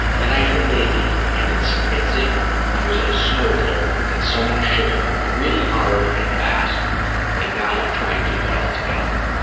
then i had a baby and it's as if i was in a snow globe and someone shook it up really hard and fast and now i'm trying to keep it all together.